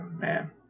man